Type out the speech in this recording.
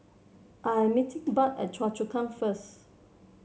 I am meeting Budd at Choa Chu Kang first